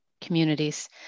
communities